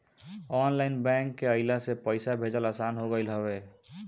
online bank के अइला से पईसा भेजल आसान हो गईल हवे